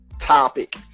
topic